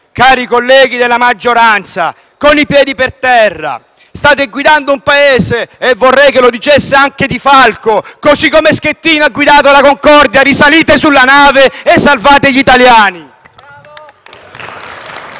Cari colleghi della maggioranza, ritornate con i piedi per terra. State guidando il Paese - e vorrei che lo dicesse anche De Falco - come Schettino ha guidato la Concordia: risalite sulla nave e salvate gli italiani.